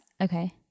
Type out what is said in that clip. okay